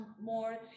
more